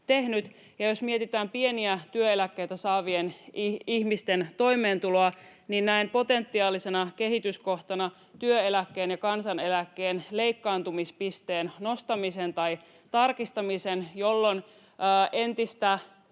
jos mietitään pieniä työeläkkeitä saavien ihmisten toimeentuloa, niin näen potentiaalisena kehityskohtana työeläkkeen ja kansaneläkkeen leikkaantumispisteen nostamisen tai tarkistamisen, jolloin entistä